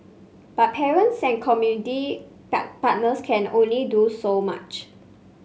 but parents and community partners can only do so much